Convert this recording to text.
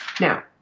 now